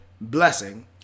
blessing